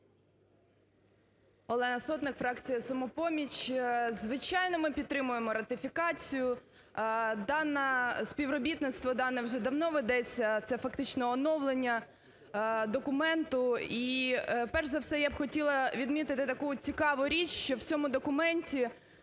Олена Сотник, фракція "Самопоміч". Звичайно, ми підтримуємо ратифікацію. Дана, співробітництво дане вже давно ведеться, це фактично оновлення документу. І перш за все я б хотіла відмітити таку цікаву річ, що в цьому документі,